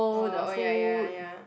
oh oh ya ya ya